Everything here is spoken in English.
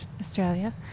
Australia